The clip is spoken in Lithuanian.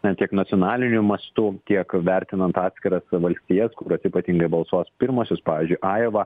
na tiek nacionaliniu mastu tiek vertinant atskiras valstijas kurios ypatingai balsuos pirmosios pavyzdžiui aiva